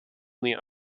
mainly